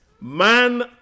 man